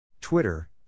Twitter